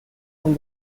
from